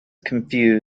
confused